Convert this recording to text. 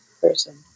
person